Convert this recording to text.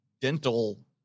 dental